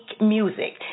music